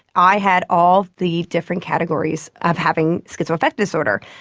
i had all the different categories of having schizoaffective disorder.